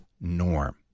norm